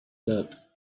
served